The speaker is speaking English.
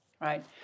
right